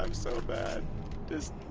um so bad days,